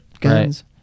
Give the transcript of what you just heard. Guns